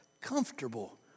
comfortable